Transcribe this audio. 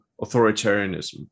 authoritarianism